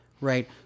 right